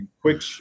quick